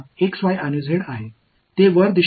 எனவே ஒரு சிறிய பெட்டியை எடுத்துக்கொள்வோம்